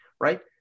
Right